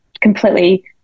completely